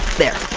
there!